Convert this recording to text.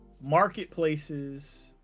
marketplaces